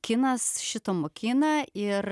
kinas šito mokina ir